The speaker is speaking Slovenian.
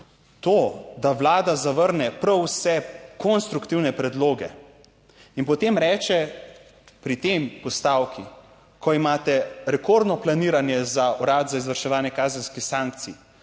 to da Vlada zavrne prav vse konstruktivne predloge in potem reče, pri tej postavki, ko imate rekordno planiranje za Urad za izvrševanje kazenskih sankcij,